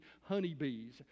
honeybees